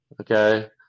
okay